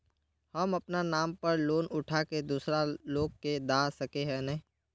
हम अपना नाम पर लोन उठा के दूसरा लोग के दा सके है ने